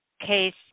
Case